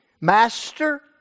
Master